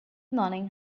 morning